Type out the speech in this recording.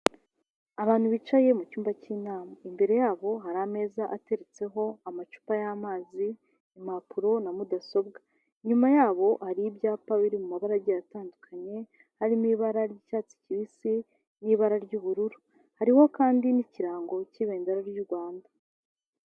Abantu bicaye mu cyumba cy'inama, imbere yabo hari ameza ateretseho amacupa y'amazi, impapuro na mudasobwa, inyuma yabo hari ibyapa biri mu mabara agiye atandukanye, harimo ibara ry'icyatsi kibisi n'ibara ry'ubururu, hari kandi n'ikirango cy'ibendera ry'u Rwanda.